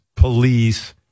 Police